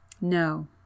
No